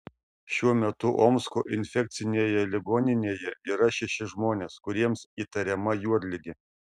šiuo metu omsko infekcinėje ligoninėje yra šeši žmonės kuriems įtariama juodligė